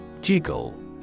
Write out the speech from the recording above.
Jiggle